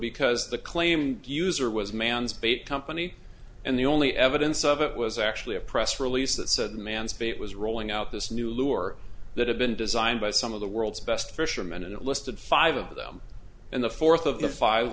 because the claimed user was man's bait company and the only evidence of it was actually a press release that said the man's fate was rolling out this new lure that had been designed by some of the world's best fishermen and it listed five of them in the fourth of